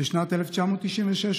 בשנת 1996,